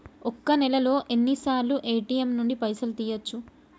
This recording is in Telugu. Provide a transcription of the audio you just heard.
ఒక్క నెలలో ఎన్నిసార్లు ఏ.టి.ఎమ్ నుండి పైసలు తీయచ్చు?